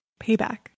Payback